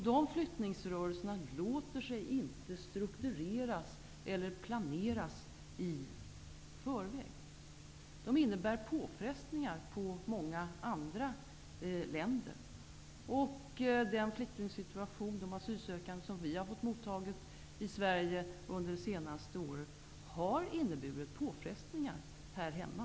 De flyktingrörelserna låter sig inte struktureras eller planeras i förväg. De innebär påfrestningar på många andra länder. De asylsökande som vi har fått motta i Sverige under de senaste året har inneburit påfrestningar här hemma.